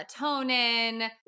melatonin